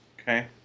Okay